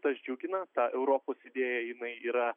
tas džiugina ta europos idėja jinai yra